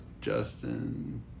Justin